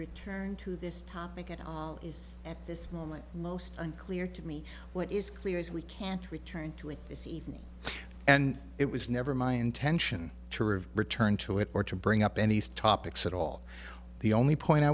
return to this topic at all is at this moment most unclear to me what is clear is we can't return to it this evening and it was never my intention to return to it or to bring up any east topics at all the only point i